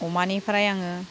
अमानिफ्राय आङो